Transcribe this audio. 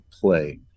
play